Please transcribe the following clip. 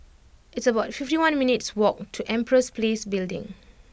it's about fifty one minutes' walk to Empress Place Building